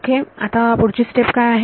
okay आता पुढची step काय आहे